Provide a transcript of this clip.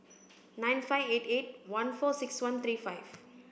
nine five eight eight one four six one three five